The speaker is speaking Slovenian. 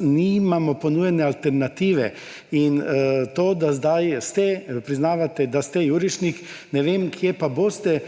nimamo ponujene alternative. In to, da zdaj priznavate, da ste jurišnik; ne vem, kje pa boste,